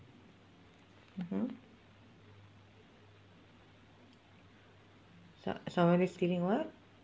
mmhmm so~ somebody stealing what